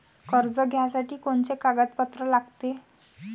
कर्ज घ्यासाठी कोनचे कागदपत्र लागते?